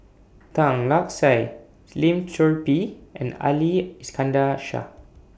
Tan Lark Sye Lim Chor Pee and Ali Iskandar Shah